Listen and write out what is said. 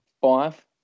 five